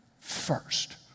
first